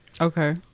Okay